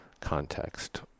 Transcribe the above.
context